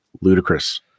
ludicrous